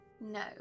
No